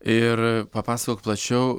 ir papasakok plačiau